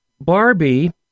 Barbie